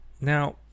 Now